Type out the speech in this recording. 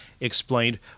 explained